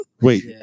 Wait